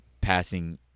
passing